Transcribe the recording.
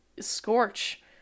scorch